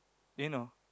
didn't know